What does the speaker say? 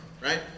Right